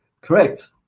correct